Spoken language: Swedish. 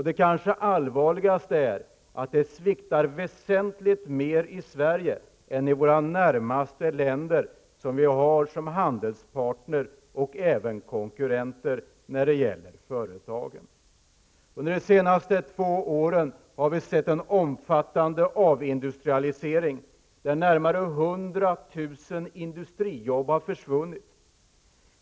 Det kanske allvarligaste är att det sviktar väsentligt mer i Sverige än i länder som vi har som närmaste handelspartner och där företagen har sina konkurrenter. Under de senaste två åren har vi sett en omfattande avindustrialisering, där närmare 100 000 industrijobb har försvunnit.